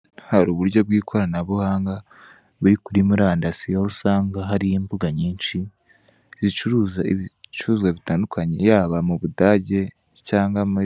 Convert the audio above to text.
Hari uburyo bw'ikoranabuhanga buri kuri murandasi, aho usanga hari imbuga nyinshi zicuruza ibicuruzwa bitandukanye, yaba mu Budage cyangwa muri